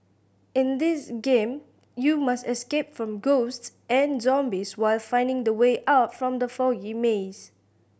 in this game you must escape from ghosts and zombies while finding the way out from the foggy maze